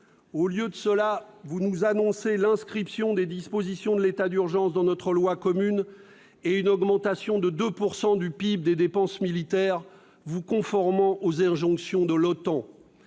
Au lieu de cela, vous nous annoncez l'inscription des dispositions de l'état d'urgence dans notre loi commune et une augmentation à 2 % du PIB des dépenses militaires. Par ces mesures, le